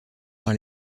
par